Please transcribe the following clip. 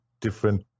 different